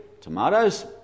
tomatoes